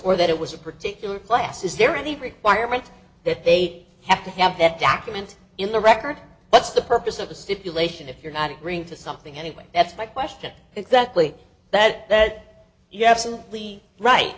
or that it was a particular class is there any requirement that they have to have that document in the record that's the purpose of the stipulation if you're not agreeing to something anyway that's my question exactly that that you